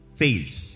fails